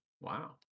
Wow